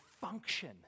function